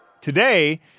Today